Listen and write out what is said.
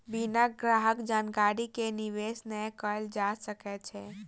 बिना ग्राहक जानकारी के निवेश नै कयल जा सकै छै